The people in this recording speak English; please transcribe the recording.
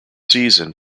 season